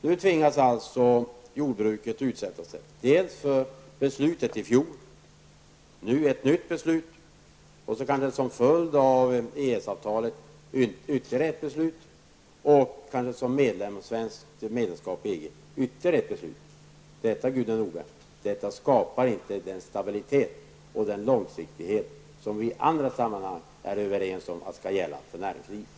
Nu tvingas jordbruket utsätta sig dels för beslutet i fjol, dels för ett nytt beslut. Såsom en följd av EES-avtalet kan det bli fråga om ett beslut och genom svenskt medlemskap i EG kanske ytterligare ett beslut. Detta, Gudrun Norberg, skapar inte den stabilitet och den långsiktighet som vi i andra sammanhang är överens om skall gälla för näringslivet.